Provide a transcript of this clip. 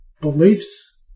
beliefs